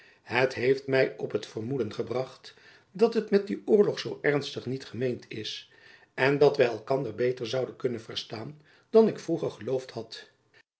het heeft my op het vermoeden gebracht dat het met dien oorlog zoo ernstig niet gemeend is en dat wy elkander beter zouden kunnen verstaan dan ik vroeger geloofd had